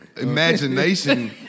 Imagination